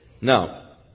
Now